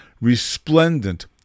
resplendent